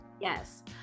Yes